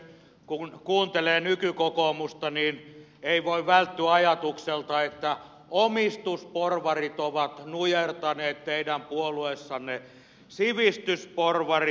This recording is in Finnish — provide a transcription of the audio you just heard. kun kuuntelee nykykokoomusta ei voi välttyä ajatukselta että omistusporvarit ovat nujertaneet teidän puolueessanne sivistysporvarit